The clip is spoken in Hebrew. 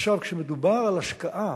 עכשיו, כשמדובר על השקעה,